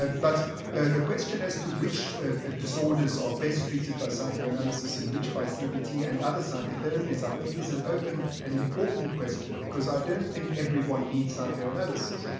but the question as to which ah ah disorders are best treated by psychoanalysis and which by cbt and other psychotherapies, i think is an open and important question. because i don't think everyone needs psychoanalysis.